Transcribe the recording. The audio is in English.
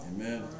Amen